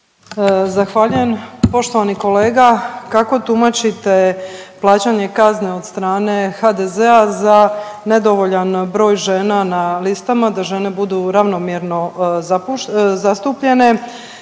Zahvaljujem. Poštovani kolega, kako tumačite plaćanje kazne od strane HDZ-a za nedovoljan broj žena na listama da žene budu ravnomjerno zastupljene